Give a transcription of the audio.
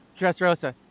Dressrosa